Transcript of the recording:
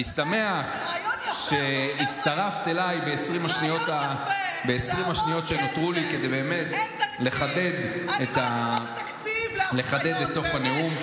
אני שמח שהצטרפת אלי ב-20 השניות שנותרו לי כדי באמת לחדד את סוף הנאום,